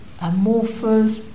amorphous